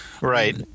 Right